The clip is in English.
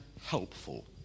helpful